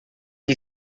you